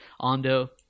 Ando